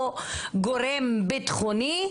או גורם ביטחוני,